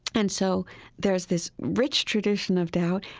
and so there is this rich tradition of doubt,